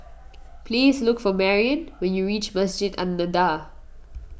please look for Marion when you reach Masjid An Nahdhah